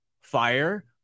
fire